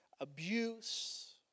abuse